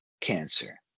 cancer